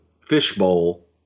fishbowl